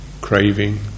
craving